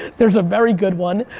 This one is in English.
there's a very good one.